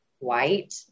White